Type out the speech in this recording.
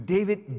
David